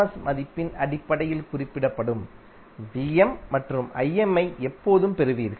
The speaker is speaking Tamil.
எஸ் மதிப்பின் அடிப்படையில் குறிப்பிடப்படும் Vm மற்றும் Im ஐ எப்போதும் பெறுவீர்கள்